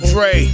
Dre